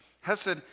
Hesed